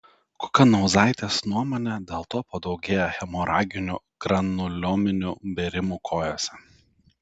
kukanauzaitės nuomone dėl to padaugėja hemoraginių granuliominių bėrimų kojose